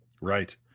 Right